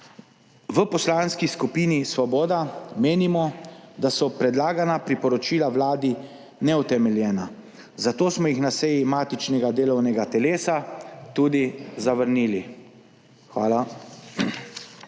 V Poslanski skupini Svoboda menimo, da so predlagana priporočila Vladi neutemeljena, zato smo jih na seji matičnega delovnega telesa tudi zavrnili. Hvala.